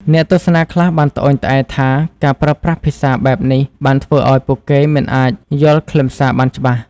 អ្នកទស្សនាខ្លះបានត្អូញត្អែរថា ការប្រើប្រាស់ភាសាបែបនេះបានធ្វើឱ្យពួកគេមិនអាចយល់ខ្លឹមសារបានច្បាស់។